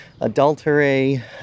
adultery